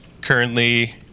currently